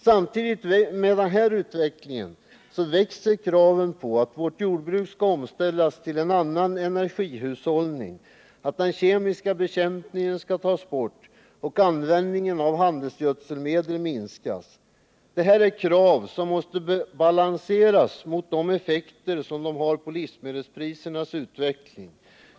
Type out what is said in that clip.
Samtidigt med denna utveckling växer kraven på att vårt jordbruk skall omställas till en annan energihushållning, att den kemiska bekämpningen skall tas bort och att användningen av handelsgödselmedel minskas. Detta är krav som måste balanseras mot de effekter de har på livsmedelsprisernas utveckling.